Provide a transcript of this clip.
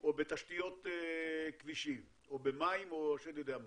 או בתשתיות כבישים או במים או השד יודע מה.